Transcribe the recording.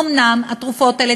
אומנם התרופות האלה,